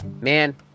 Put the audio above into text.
Man